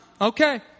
Okay